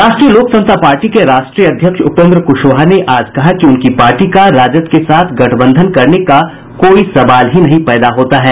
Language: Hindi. राष्ट्रीय लोक समता पार्टी के राष्ट्रीय अध्यक्ष उपेन्द्र कुशवाहा ने आज कहा कि उनकी पार्टी का राजद के साथ गठबंधन करने का कोई सवाल ही नहीं पैदा होता है